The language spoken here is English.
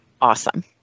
awesome